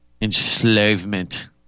enslavement